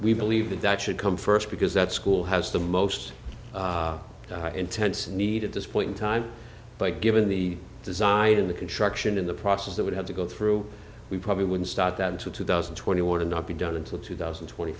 we believe the that should come first because that school has the most intense need at this point in time but given the design of the construction in the process that would have to go through we probably wouldn't start that until two thousand and twenty one and not be done until two thousand and twenty